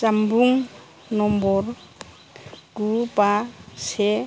जानबुं नंम्बर गु बा से